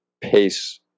pace